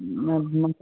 میں میں